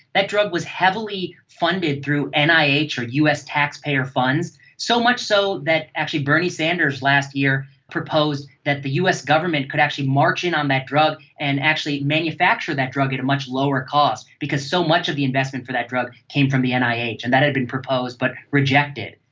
that drug was heavily funded through and nih or us taxpayer funds, so much so that actually bernie sanders last year proposed that the us government could actually march in on that drug and actually manufacture that drug at a much lower cost because so much of the investment for that drug came from the nih, and that had been proposed but rejected.